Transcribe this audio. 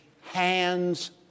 hands